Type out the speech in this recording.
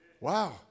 Wow